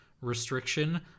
restriction